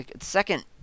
second